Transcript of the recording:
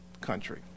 country